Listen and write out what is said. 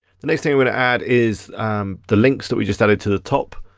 the next thing i'm gonna add is the links that we just added to the top.